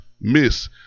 miss